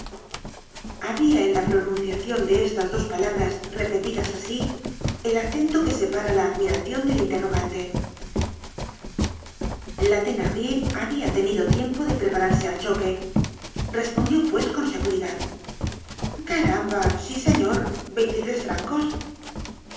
habia en la pronunciacion de estas dos palabras repetidas asi el acento que separa la admiración del interrogante la thenardier habia tenido tiempo de prepararse al choque respondió pues con seguridad caramba sí señor veintitres francos